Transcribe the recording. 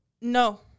No